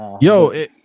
Yo